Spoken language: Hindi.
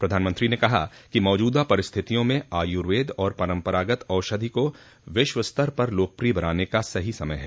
प्रधानमंत्री ने कहा कि मौजूदा परिस्थितियों में आयुर्वेद और परंपरागत औषधि को विश्वस्तर पर लोकप्रिय बनाने का सही समय है